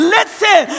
Listen